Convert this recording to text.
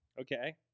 Okay